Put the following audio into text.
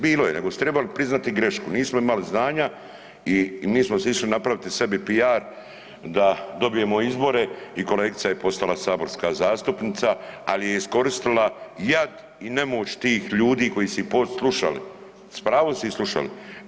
Bilo je, nego su trebali priznati grešku, nismo imali znanja i mi smo si išli napraviti PR da dobijemo izbore i kolegica je postala saborska zastupnica ali je iskoristila jad i nemoć tih ljudi koji su ih slušali, s pravom su ih slušali.